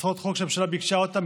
הצעות חוק שהממשלה ביקשה אותן,